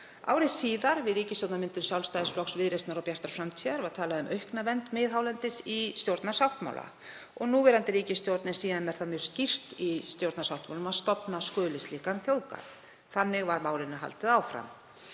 Ári síðar, við ríkisstjórnarmyndun Sjálfstæðisflokks, Viðreisnar og Bjartrar framtíðar, var talað um aukna vernd miðhálendis í stjórnarsáttmála. Núverandi ríkisstjórn er síðan með það mjög skýrt í stjórnarsáttmálanum að stofna skuli slíkan þjóðgarð. Þannig var málinu haldið áfram.